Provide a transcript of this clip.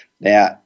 Now